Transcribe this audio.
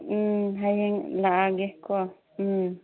ꯎꯝ ꯍꯌꯦꯡ ꯂꯥꯛꯂꯒꯦꯀꯣ ꯎꯝ